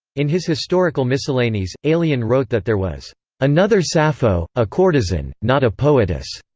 in his historical miscellanies, aelian wrote that there was another sappho, a courtesan, not a poetess.